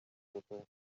lesotho